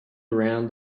around